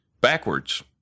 backwards